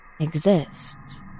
exists